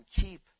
keep